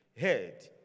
head